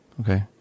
Okay